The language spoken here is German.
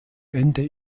ende